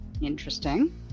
Interesting